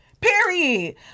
Period